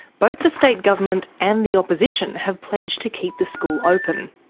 both the state government and the opposition have pledged to keep the school open.